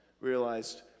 realized